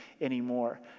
anymore